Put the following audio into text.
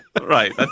right